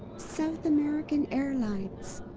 south american airlines.